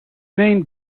main